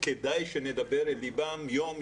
כדאי שנדבר אל ליבם יום,